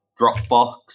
Dropbox